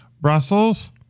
Brussels